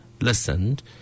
listened